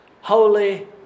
holy